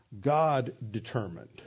God-determined